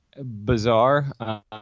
bizarre